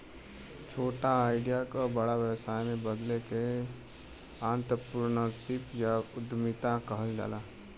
छोटा आईडिया क बड़ा व्यवसाय में बदले क आंत्रप्रनूरशिप या उद्दमिता कहल जाला